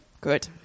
Good